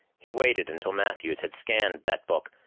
he waited until matthews had scanned that book,